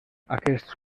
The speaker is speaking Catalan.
aquests